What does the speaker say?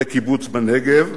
בקיבוץ בנגב.